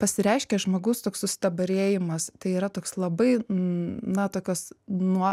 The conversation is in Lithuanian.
pasireiškia žmogaus toks sustabarėjimas tai yra toks labai n na tokios nuo